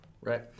right